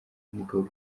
w’umugabo